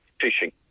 fishing